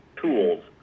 tools